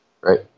right